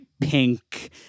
pink